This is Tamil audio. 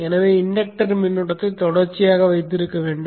எனவே இண்டக்டர் மின்னோட்டத்தை தொடர்ச்சியாக வைத்திருக்க வேண்டும்